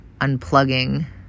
unplugging